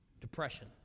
depression